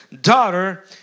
daughter